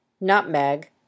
nutmeg